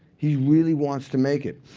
he really wants to make it.